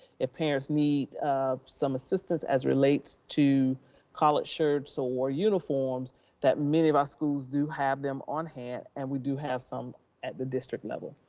if parents need some assistance as relates to collared shirts so or uniforms that many of our schools do have them on hand. and we do have some at the district level.